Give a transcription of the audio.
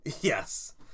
Yes